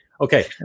Okay